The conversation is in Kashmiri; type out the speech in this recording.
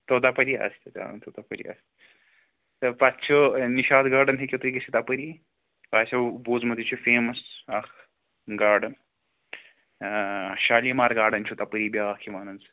ژۄداہ پٔری آسہِ تَتہِ آ ژۄداہ پٔری آسہِ تہٕ پَتہٕ چھُ نِشاط گاڈَن ہیٚکِو تُہۍ گٔژھِتھ اَپٲری تۄہہِ آسیو بوٗزمُت یہِ چھِ فیمَس اَکھ گاڈَن شالیمار گاڈَن چھُو تَپٲری بیٛاکھ یِوان حظ